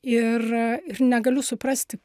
ir ir negaliu suprasti